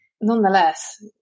nonetheless